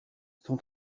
son